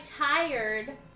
tired